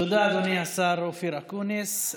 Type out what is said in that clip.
תודה, אדוני השר אופיר אקוניס.